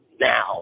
now